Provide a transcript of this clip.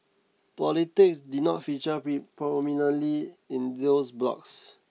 politics did not feature pre prominently in those blogs